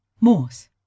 Morse